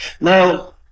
Now